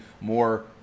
more